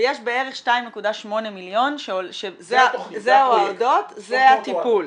יש בערך 2.8 מיליון שזה ההועדות, זה הטיפול.